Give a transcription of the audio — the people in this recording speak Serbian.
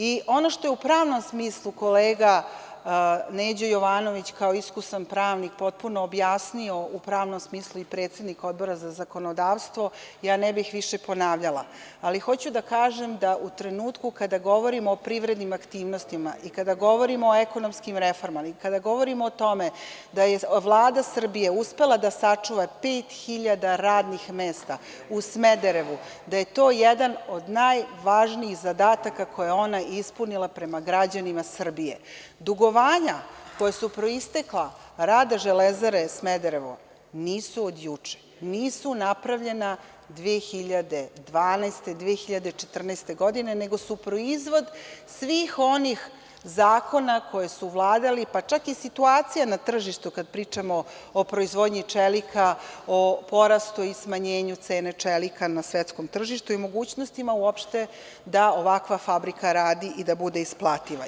I ono što je u pravnom smislu kolega Neđo Jovanović, kao iskusan pravnik, potpuno objasnio, kao i predsednik Odbora za zakonodavstvo, ja ne bih više ponavljala, ali hoću da kažem da u trenutku kada govorimo o privrednim aktivnostima i kada govorimo o ekonomskim reformama i kada govorimo o tome da je Vlada Srbije uspela da sačuva pet hiljada radnih mesta u Smederevu, da je to jedan od najvažnijih zadataka koje je ona ispunila prema građanima Srbije, dugovanja koja su proistekla rada „Železare Smederevo“ nisu od juče, nisu napravljena 2012, 2014. godine, nego su proizvod svih onih zakona koji su vladali, pa čak i situacija na tržištu, kad pričamo o proizvodnji čelika, o porastu i smanjenju cene čelika na svetskom tržištu i mogućnostima uopšte da ovakva fabrika radi i da bude isplativa.